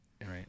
Right